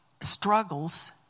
struggles